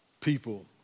people